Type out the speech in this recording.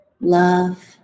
love